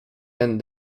and